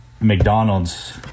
McDonald's